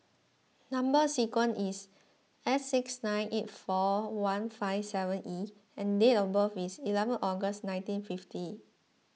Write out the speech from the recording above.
Number Sequence is S six nine eight four one five seven E and date of birth is eleven August nineteen fifty